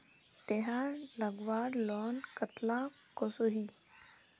तेहार लगवार लोन कतला कसोही?